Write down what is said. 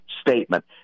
statement